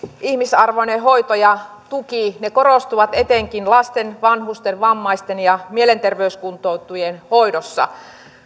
ihmisarvoinen hoito ja tuki korostuvat etenkin lasten vanhusten vammaisten ja mielenterveyskuntoutujien hoidossa